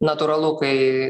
natūralu kai